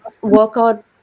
workout